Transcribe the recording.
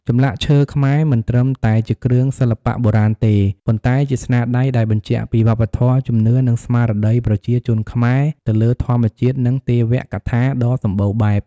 ចម្លាក់ឈើខ្មែរមិនត្រឹមតែជាគ្រឿងសិល្បៈបុរាណទេ ប៉ុន្តែជាស្នាដៃដែលបញ្ជាក់ពីវប្បធម៌ ជំនឿ និងស្មារតីប្រជាជនខ្មែរទៅលើធម្មជាតិ និងទេវកថាដ៏សម្បូរបែប។